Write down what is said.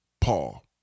Paul